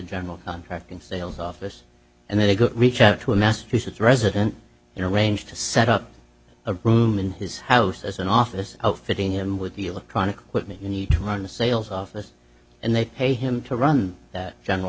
general parking sales office and then to reach out to a massachusetts resident and arrange to set up a room in his house as an office outfitting him with the electronic equipment you need to run the sales office and they pay him to run the general